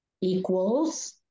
equals